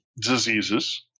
diseases